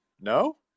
no